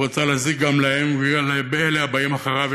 הוא רצה להזיק גם להם ולאלה הבאים אחריהם,